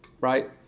Right